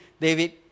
David